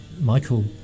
Michael